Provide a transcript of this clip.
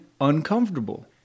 uncomfortable